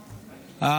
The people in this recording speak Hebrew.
נכבדה,